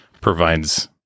provides